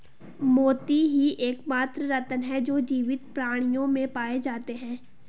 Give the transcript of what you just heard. मोती ही एकमात्र रत्न है जो जीवित प्राणियों में पाए जाते है